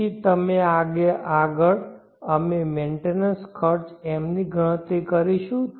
તેથી આગળ અમે મેન્ટેનન્સ ખર્ચ M ની ગણતરી કરીશું